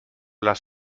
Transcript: las